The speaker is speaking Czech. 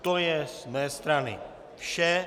To je z mé strany vše.